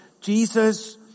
Jesus